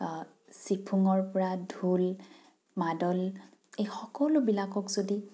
চিফুঙৰ পৰা ঢোল মাদল এই সকলোবিলাকক যদি